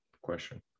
question